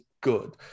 good